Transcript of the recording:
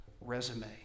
resume